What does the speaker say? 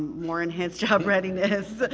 more enhanced job readiness,